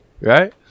right